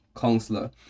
counselor